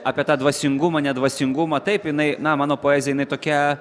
apie tą dvasingumą ne dvasingumą taip jinai na mano poezija jinai tokia